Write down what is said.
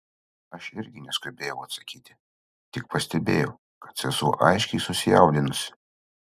aš irgi neskubėjau atsakyti tik pastebėjau kad sesuo aiškiai susijaudinusi